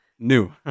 New